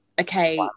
okay